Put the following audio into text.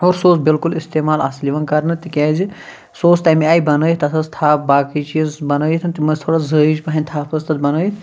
اور سُہ اوس بِلکُل استعمال اصٕل یِوان کرنہٕ تِکیٛازِ سُہ اوس تَمہِ آیہِ بنٲوِتھ تَتھ ٲس تَھپھ باقٕے چیٖز بنٲیِتھ تِم ٲسۍ تھوڑا زٲیِج پہَنۍ تھپھ ٲسۍ تَتھ بنٲیِتھ